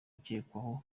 ukekwaho